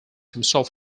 himself